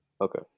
Okay